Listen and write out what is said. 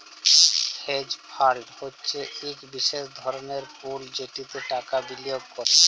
hedge fund হছে ইক বিশেষ ধরলের পুল যেটতে টাকা বিলিয়গ ক্যরে